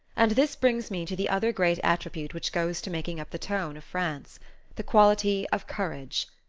and this brings me to the other great attribute which goes to making up the tone of france the quality of courage.